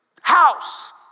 house